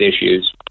issues